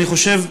אני חושב,